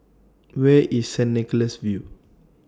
Where IS Saint Nicholas View